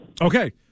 Okay